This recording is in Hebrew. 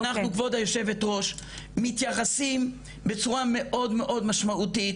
אנחנו כבוד היושבת ראש מתייחסים בצורה מאוד משמעותית